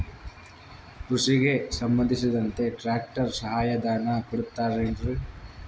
ಕೃಷಿಗೆ ಸಂಬಂಧಿಸಿದಂತೆ ಟ್ರ್ಯಾಕ್ಟರ್ ಸಹಾಯಧನ ಕೊಡುತ್ತಾರೆ ಏನ್ರಿ?